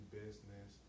business